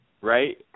right